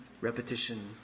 repetition